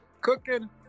cooking